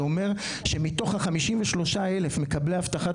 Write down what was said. זה אומר שמתוך ה-53,000 מקבלי הבטחת